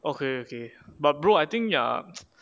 okay okay but bro I think ya